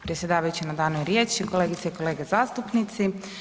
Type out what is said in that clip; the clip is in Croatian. predsjedavajući na danoj riječi, kolegice i kolege zastupnici.